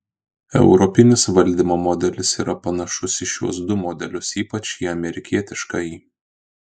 europinis valdymo modelis yra panašus į šiuos du modelius ypač į amerikietiškąjį